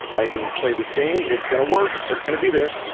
i can play this game. it's going to work. it's going to be there.